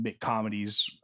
comedies